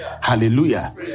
Hallelujah